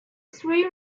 three